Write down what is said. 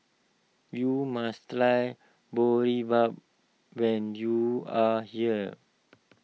you must try Boribap when you are here